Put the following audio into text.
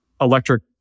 electric